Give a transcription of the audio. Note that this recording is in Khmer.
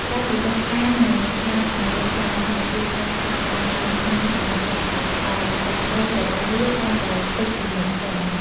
ក្រោយពីបេះផ្កានិងផ្លែខាងលើចោលហើយ គេត្រូវចាប់ផ្តើមបាញ់ថ្នាំសម្លាប់សត្វល្អិត ដែលដង្កូវរបស់វាតែងតែទិចពន្លកផ្កា។